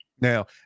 Now